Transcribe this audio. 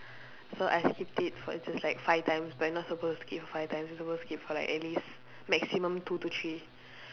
so I skipped it for just like five times but you're not supposed to skip for five times you supposed to skip for like at least maximum two to three